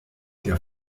der